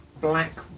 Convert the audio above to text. black